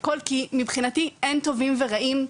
כי מבחינתי אין טובים ורעים,